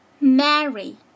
Mary